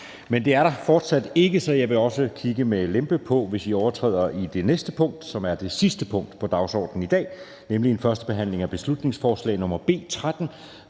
Men det er der fortsat ikke, så jeg vil også kigge med lempe på, hvis I overtræder i forhold til taletiden i det næste punkt, som er det sidste punkt på dagsordenen i dag, nemlig en første behandling af beslutningsforslag nr. B 13.